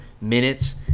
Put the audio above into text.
minutes